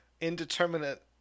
indeterminate